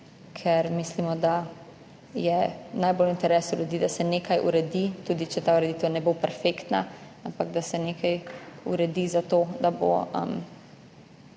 Ker mislimo, da je najbolj v interesu ljudi, da se nekaj uredi, tudi če ta ureditev ne bo perfektna, ampak da se nekaj uredi, zato da bo